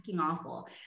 awful